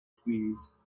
squeeze